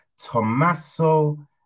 Tommaso